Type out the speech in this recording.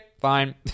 fine